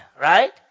right